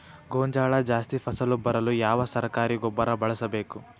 ಗೋಂಜಾಳ ಜಾಸ್ತಿ ಫಸಲು ಬರಲು ಯಾವ ಸರಕಾರಿ ಗೊಬ್ಬರ ಬಳಸಬೇಕು?